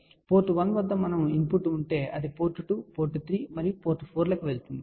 కాబట్టి పోర్ట్ 1 వద్ద మనకు ఇన్పుట్ ఉంటే అది పోర్ట్ 2 పోర్ట్ 3 మరియు పోర్ట్ 4 లకు వెళుతుంది